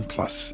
Plus